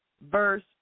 verse